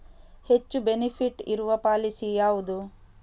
ಹೆಚ್ಚು ಬೆನಿಫಿಟ್ ಇರುವ ಪಾಲಿಸಿ ಯಾವುದು?